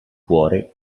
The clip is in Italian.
cuore